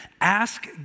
ask